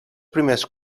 primers